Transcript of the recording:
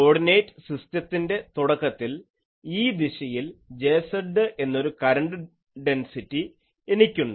coordinate സിസ്റ്റത്തിൻ്റെ തുടക്കത്തിൽ ഈ ദിശയിൽ Jz എന്നൊരു കരണ്ട് ഡെൻസിറ്റി എനിക്കുണ്ട്